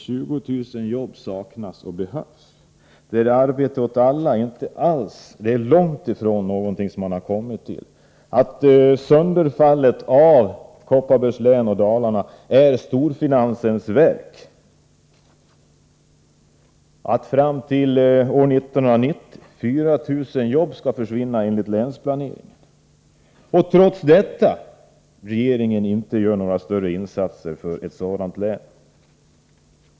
20 000 jobb saknas, och parollen om arbete åt alla står långt ifrån sitt förverkligande. Sönderfallet av Kopparbergs län är storfinansens verk. Enligt länsplaneringen skall 4 000 jobb försvinna fram till år 1990. Trots detta gör regeringen inte några större insatser.